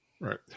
Right